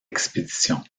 expédition